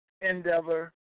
endeavor